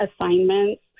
assignments